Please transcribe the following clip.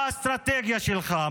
מה האסטרטגיה שלך?